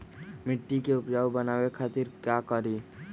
मिट्टी के उपजाऊ बनावे खातिर का करी?